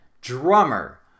drummer